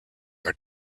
are